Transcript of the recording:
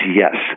yes